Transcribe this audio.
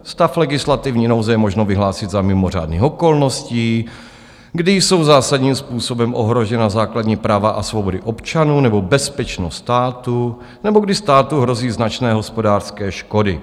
Stav legislativní nouze je možno vyhlásit za mimořádných okolností, kdy jsou zásadním způsobem ohrožena základní práva a svobody občanů nebo bezpečnost státu nebo kdy státu hrozí značné hospodářské škody.